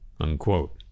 unquote